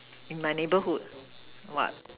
in my neighbourhood what